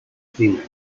female